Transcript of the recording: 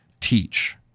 teach